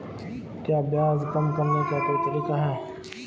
क्या ब्याज कम करने का कोई तरीका है?